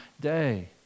day